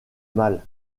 mal